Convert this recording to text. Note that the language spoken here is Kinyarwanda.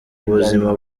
ubuzima